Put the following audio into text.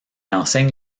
enseigne